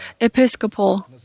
Episcopal